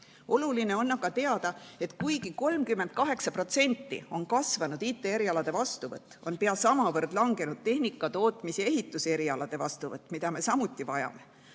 Oluline on aga teada, et kuigi 38% on kasvanud IT‑erialade vastuvõtt, on pea samavõrra langenud tehnika‑, tootmis‑ ja ehituserialade vastuvõtt, mida me samuti vajame.